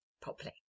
properly